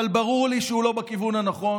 אבל ברור לי שהוא לא בכיוון הנכון,